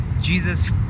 Jesus